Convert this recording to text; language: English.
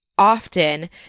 Often